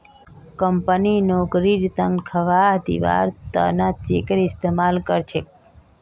company नौकरीर तन्ख्वाह दिबार त न चेकेर इस्तमाल कर छेक